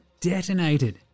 detonated